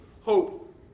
hope